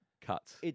cuts